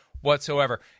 whatsoever